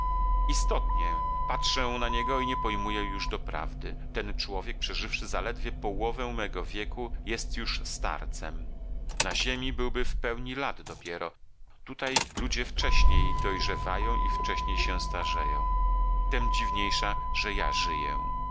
istotnie patrzę na niego i nie pojmuję już doprawdy ten człowiek przeżywszy zaledwie połowę mego wieku jest już starcem na ziemi byłby w pełni lat dopiero tutaj ludzie wcześniej dojrzewają i wcześnie się starzeją tem dziwniejsza że ja żyję